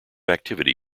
activity